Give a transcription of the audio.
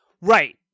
Right